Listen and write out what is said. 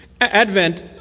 Advent